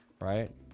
right